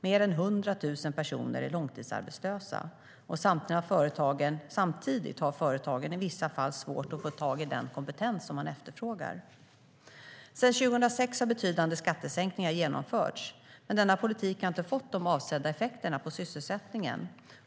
Mer än 100 000 personer är långtidsarbetslösa. Samtidigt har företagen i vissa fall svårt att få tag i den kompetens de efterfrågar. Sedan 2006 har betydande skattesänkningar genomförts. Denna politik har inte fått de avsedda effekterna på sysselsättningen.